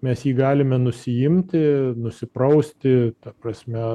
mes jį galime nusiimti nusiprausti ta prasme